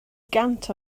gant